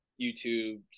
YouTube